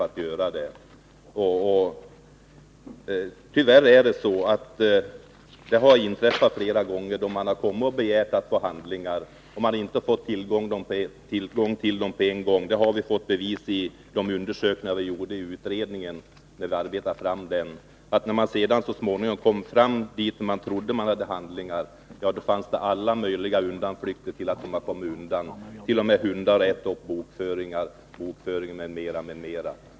Det har tyvärr inträffat flera gånger — det har vi fått bevis för genom de undersökningar som vi gjorde när vi arbetade fram utredningen — att man först begärt att få handlingar men inte fått tillgång till dem med detsamma och sedan, när man så småningom kommit fram till det ställe där man trodde det fanns handlingar, får höra alla möjliga undanflykter och förklaringar till varför de kommit undan. Det har t.o.m. sagts att hundar har ätit upp bokföringen m.m.